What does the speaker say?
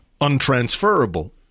untransferable